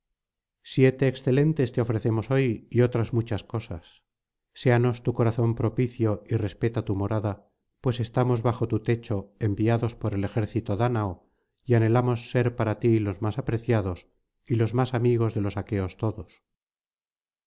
siete excelentes te ofrecemos hoy y otras muchas cosas séanos tu corazón propicio y respeta tu morada pues estamos bajo tu techo enviados por el ejército dánao y anhelamos ser para ti los más apreciados y los más amigos de los aqueos todos